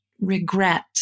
regret